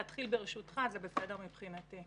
את הנושא של תוכנית אב למטענים עד שעשינו העברת